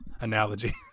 analogy